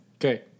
Okay